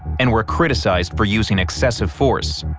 and were criticized for using excessive force.